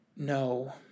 No